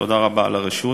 תודה רבה על הרשות.